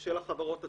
של החברות עצמן.